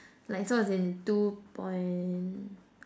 like so it's in two point